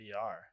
VR